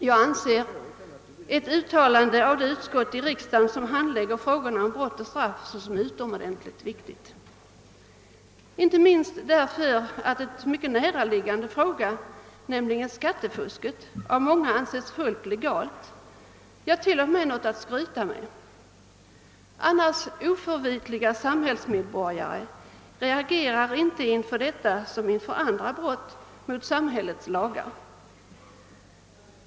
Jag betraktar ett uttalande av det utskott i riksdagen som handlägger frågorna om brott och straff såsom utomordentligt viktigt, inte minst därför att skattefusk — en mycket näraliggande fråga — av många anses fullt legalt, ja t.o.m. något att skryta med. Annars oförvitliga samhällsmedborgare reagerar inte i detta fall som inför andra brott mot samhällets lagar.